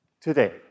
today